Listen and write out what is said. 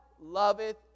Loveth